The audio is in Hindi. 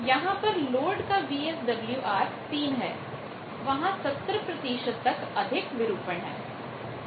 जहां पर लोड का VSWR 3 है वहां 70 तक अधिक विरूपण distortion डिस्टॉरशन है